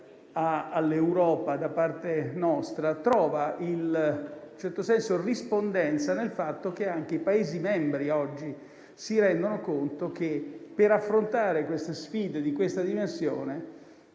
all'Europa da parte nostra trova, in un certo senso, rispondenza nel fatto che anche i Paesi membri oggi si rendono conto che, per affrontare sfide di questa dimensione,